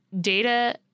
data